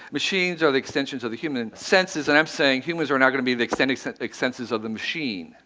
machines are the extensions of the human senses. and i'm saying, humans are now going to be the extended like senses of the machine,